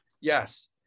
yes